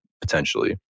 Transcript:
potentially